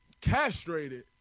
castrated